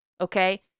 okay